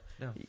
No